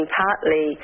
partly